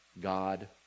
God